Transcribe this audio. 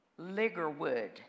Liggerwood